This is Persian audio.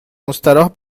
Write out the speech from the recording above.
مستراح